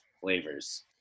flavors